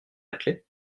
laclais